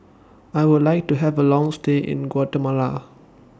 I Would like to Have A Long stay in Guatemala